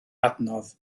adnodd